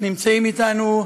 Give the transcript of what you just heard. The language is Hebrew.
ונמצאים אתנו: